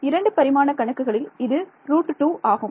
இரண்டு பரிமாண கணக்குகளில் இது √2 ஆகும்